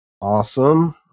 Awesome